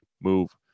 move